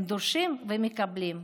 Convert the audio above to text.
הם דורשים ומקבלים.